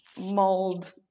mold